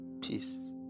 peace